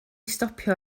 stopio